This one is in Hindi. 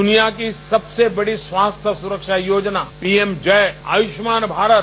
दुनिया को सबसे बड़ी स्वास्थ्य सुरक्षा योजना पीएम आयुष्मान भारत